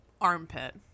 armpit